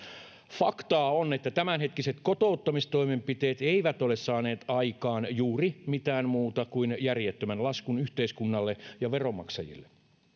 faktaa on että tämänhetkiset kotouttamistoimenpiteet eivät ole saaneet aikaan juuri mitään muuta kuin järjettömän laskun yhteiskunnalle ja veronmaksajille